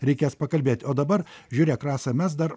reikės pakalbėti o dabar žiūrėk rasa mes dar